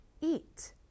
eat